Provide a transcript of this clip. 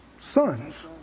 sons